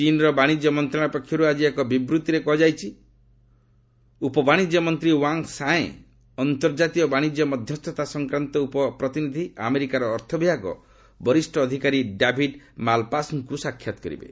ଚୀନ୍ର ବାଶିଜ୍ୟ ମନ୍ତ୍ରଣାଳୟ ପକ୍ଷରୁ ଆଜି ଏକ ବିବୃତ୍ତିରେ କୁହାଯାଇଛି ଉପ ବାଶିଜ୍ୟ ମନ୍ତ୍ରୀ ୱାଙ୍ଗ୍ ସାଓ୍ବେଁ ଅନ୍ତର୍ଜାତୀୟ ବାଣିଜ୍ୟ ମଧ୍ୟସ୍ଥତା ସଂକ୍ରାନ୍ତ ଉପ ପ୍ରତିନିଧି ଆମେରିକାର ଅର୍ଥବିଭାଗ ବରିଷ୍ଠ ଅଧିକାରୀ ଡାଭିଡ୍ ମାଲ୍ପାସ୍ଙ୍କୁ ସାକ୍ଷାତ କରିବେ